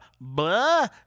blah